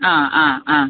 ആ ആ ആ